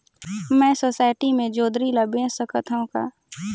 मैं सोसायटी मे जोंदरी ला बेच सकत हो का?